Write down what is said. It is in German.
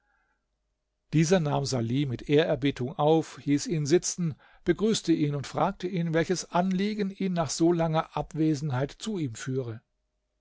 dieser nahm salih mit ehrerbietung auf hieß ihn sitzen begrüßte ihn und fragte ihn welches anliegen ihn nach so langer abwesenheit zu ihm führe